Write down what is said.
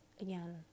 again